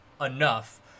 enough